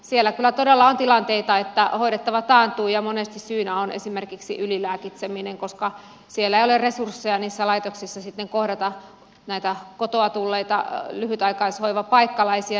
siellä kyllä todella on tilanteita että hoidettava taantuu ja monesti syynä on esimerkiksi ylilääkitseminen koska niissä laitoksissa ei ole resursseja sitten kohdata näitä kotoa tulleita lyhytaikaishoivapaikkalaisia